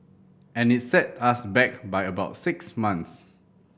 and it set us back by about six months